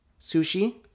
sushi